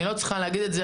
אני לא צריכה להגיד את זה,